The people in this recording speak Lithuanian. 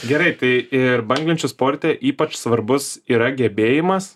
gerai tai ir banglenčių sporte ypač svarbus yra gebėjimas